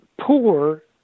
poor